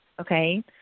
Okay